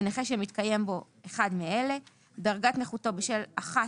לנכה שמתקיים בו אחד מאלה: דרגת נכותו בשל אחת